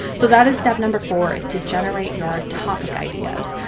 so that is step number four is to generate your topic ideas.